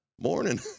Morning